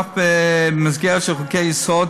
אף במסגרת של חוקי-יסוד,